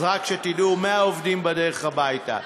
אז רק שתדעו, 100 עובדים בדרך הביתה.